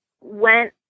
went